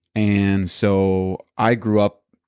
and so, i grew up,